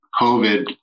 COVID